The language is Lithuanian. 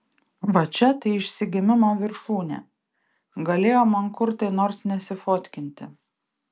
va čia tai išsigimimo viršūnė galėjo mankurtai nors nesifotkinti